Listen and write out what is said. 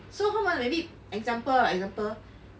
so 他们 maybe example right example